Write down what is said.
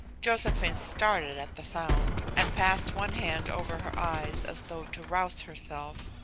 josephine started at the sound, and passed one hand over her eyes as though to rouse herself,